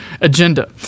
agenda